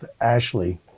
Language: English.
Ashley